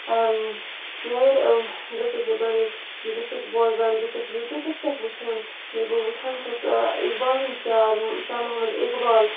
شٲعر گٔژھبہٕ بَنٕنۍ بہٕ چھَس بوزان بہٕ چھَس یوٗٹوٗبَس پٮ۪ٹھ وٕچھان ییٚلہِ بہٕ وٕچھان چھَس اِقبالٕنۍ شار سَر محمد اِقبال